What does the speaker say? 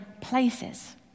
places